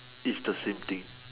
it's the same thing